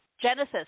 Genesis